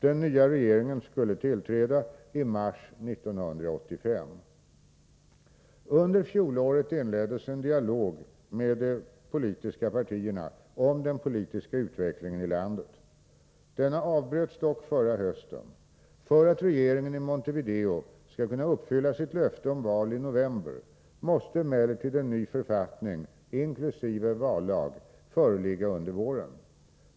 Den nya regeringen skulle tillträda i mars 1985. Under fjolåret inleddes en dialog med de politiska partierna om den politiska utvecklingen i landet. Denna avbröts dock förra hösten. För att regeringen i Montevideo skall kunna uppfylla sitt löfte om val i november måste emellertid en ny författning inkl. vallag föreligga under våren.